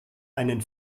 einen